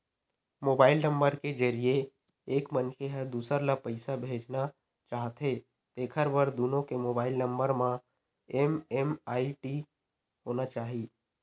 mobile number के जरिए एक मनखे ह दूसर ल पइसा भेजना चाहथे तेखर बर दुनो के मोबईल नंबर म एम.एम.आई.डी होना चाही